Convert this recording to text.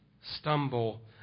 stumble